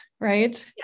right